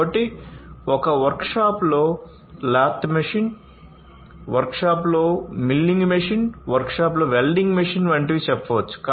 కాబట్టి ఒక వర్క్షాప్లో లాత్ మెషీన్ వర్క్షాప్లో మిల్లింగ్ మెషిన్ వర్క్షాప్లో వెల్డింగ్ మెషిన్ వంటివి చెప్పవచ్చు